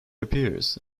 appears